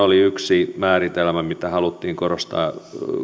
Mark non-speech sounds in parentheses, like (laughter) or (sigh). (unintelligible) oli yksi määritelmä mitä haluttiin korostaa